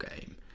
game